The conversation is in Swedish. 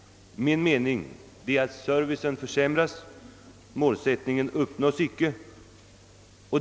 Min mening är att servicen försämras och att målsättningen icke uppnås.